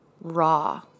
raw